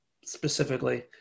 specifically